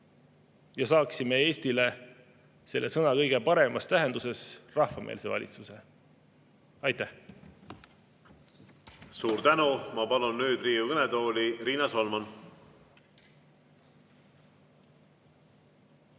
ja saaksime Eestile selle sõna kõige paremas tähenduses rahvameelse valitsuse. Aitäh! Suur tänu! Ma palun nüüd Riigikogu kõnetooli Riina Solmani.